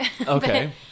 Okay